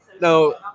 No